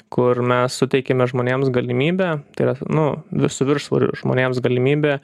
kur mes suteikiame žmonėms galimybę tai yra nu vi su viršsvoriu žmonėms galimybė